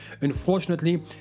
Unfortunately